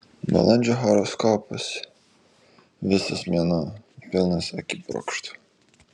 balandžio horoskopas visas mėnuo pilnas akibrokštų